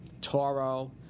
Toro